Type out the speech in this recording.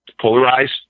polarized